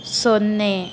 ಸೊನ್ನೆ